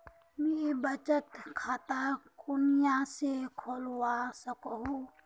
मुई बचत खता कुनियाँ से खोलवा सको ही?